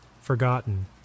forgotten